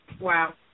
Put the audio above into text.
Wow